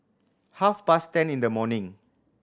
half past ten in the morning